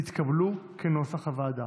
כנוסח הוועדה,